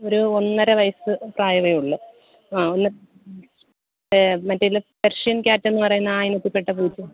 ഒരു ഒന്നര വയസ്സ് പ്രായമേ ഉള്ളൂ ആ ഒന്ന് മറ്റേ പെർഷ്യൻ ക്യാറ്റ് എന്ന് പറയുന്ന ആ ഇനത്തിൽ പെട്ട പൂച്ചയാണ്